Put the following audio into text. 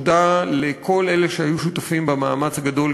תודה לכל אלה שהיו שותפים במאמץ הגדול